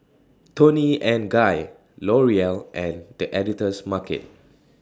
Toni and Guy L'Oreal and The Editor's Market